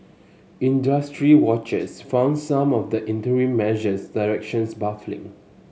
industry watchers found some of the interim measures directions baffling